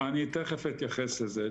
אני אתייחס לזה.